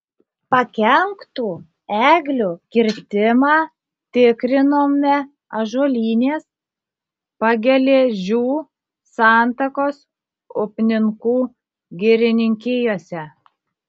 pakenktų eglių kirtimą tikrinome ąžuolynės pageležių santakos upninkų girininkijose